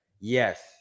Yes